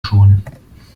schon